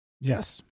Yes